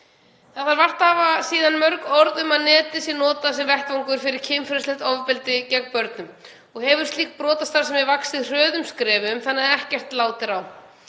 þarf vart að hafa mörg orð um að netið sé notað sem vettvangur fyrir kynferðislegt ofbeldi gegn börnum og hefur slík brotastarfsemi vaxið hröðum skrefum, þannig að ekkert lát er á.